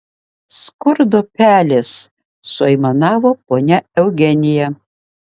skurdo pelės suaimanavo ponia eugenija